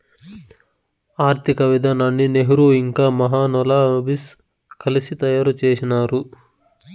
ఆర్థిక విధానాన్ని నెహ్రూ ఇంకా మహాలనోబిస్ కలిసి తయారు చేసినారు